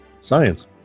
science